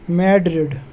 Madrid